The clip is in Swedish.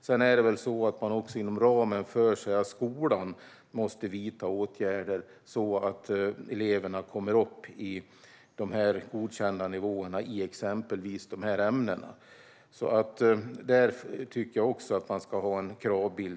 Sedan måste man inom ramen för skolan vidta åtgärder så att eleverna kommer upp på de godkända nivåerna i exempelvis dessa ämnen. Där tycker jag också att man ska ha en kravbild.